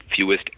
fewest